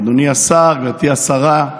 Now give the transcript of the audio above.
אדוני השר, גברתי השרה,